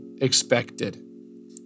expected